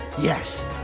Yes